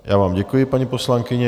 Já vám děkuji, paní poslankyně.